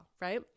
Right